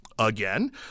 Again